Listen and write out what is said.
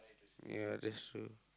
ya that's true